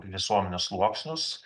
visuomenės sluoksnius